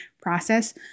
process